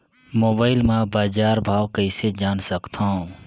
Mobile म बजार भाव कइसे जान सकथव?